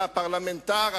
לפרלמנטר,